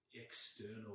external